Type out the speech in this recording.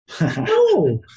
No